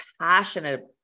passionate